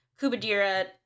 Kubadira